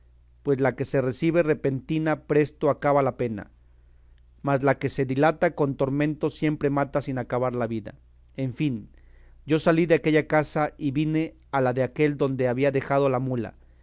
pues la que se recibe repentina presto acaba la pena mas la que se dilata con tormentos siempre mata sin acabar la vida en fin yo salí de aquella casa y vine a la de aquél donde había dejado la mula